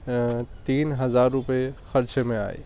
تین ہزار روپے خرچے میں آئے